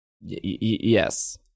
yes